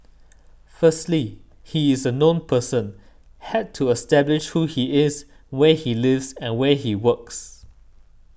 firstly he is a known person had to establish who he is where he lives and where he works